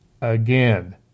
again